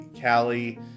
callie